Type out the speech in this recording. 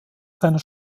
seiner